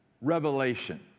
Revelation